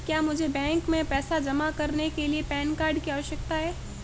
क्या मुझे बैंक में पैसा जमा करने के लिए पैन कार्ड की आवश्यकता है?